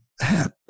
hat